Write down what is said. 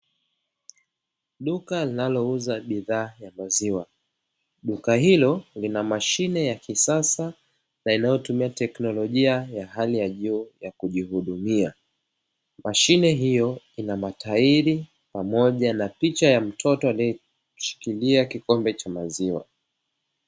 Duka linalouza bidhaa ya maziwa duka hilo lina mashine ya kisasa na inayotumia teknolojia ya hali ya juu ya kujihudumia, mashine hiyo ina matairi pamoja na picha ya mtoto aliyeshikilia kikombe cha maziwa.